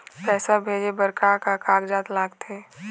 पैसा भेजे बार का का कागजात लगथे?